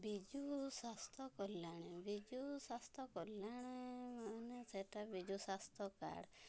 ବିଜୁ ସ୍ୱାସ୍ଥ୍ୟ କଲ୍ୟାଣ ବିଜୁ ସ୍ୱାସ୍ଥ୍ୟ କଲ୍ୟାଣ ମାନେ ସେଟା ବିଜୁ ସ୍ୱାସ୍ଥ୍ୟ କାର୍ଡ଼୍